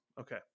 Okay